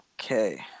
Okay